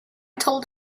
told